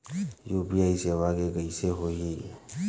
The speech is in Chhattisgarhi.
यू.पी.आई सेवा के कइसे होही?